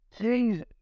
Jesus